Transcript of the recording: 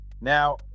Now